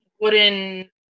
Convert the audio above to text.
wooden